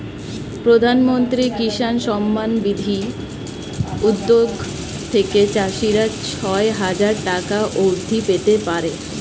প্রধানমন্ত্রী কিষান সম্মান নিধি উদ্যোগ থেকে চাষিরা ছয় হাজার টাকা অবধি পেতে পারে